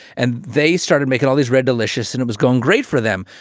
and they started making all these red delicious and it was going great for them.